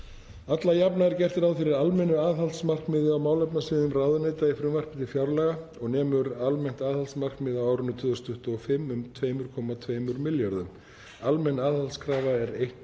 Alla jafna er gert ráð fyrir almennu aðhaldsmarkmiði á málefnasviðum ráðuneyta í frumvarpi til fjárlaga og nemur almennt aðhaldsmarkmið á árinu 2025 um 2,2 milljörðum kr. Almenn aðhaldskrafa verður